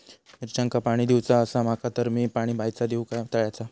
मिरचांका पाणी दिवचा आसा माका तर मी पाणी बायचा दिव काय तळ्याचा?